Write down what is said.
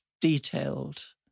detailed